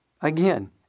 Again